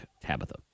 Tabitha